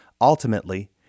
Ultimately